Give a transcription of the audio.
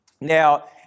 Now